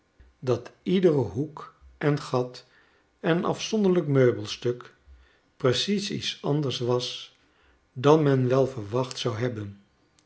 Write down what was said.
dat iederen hoek en gat en afzonderlijk meubelstuk precies iets anders was dan men wel verwacht zou hebben